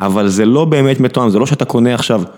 אבל זה לא באמת מתואם, זה לא שאתה קונה עכשיו.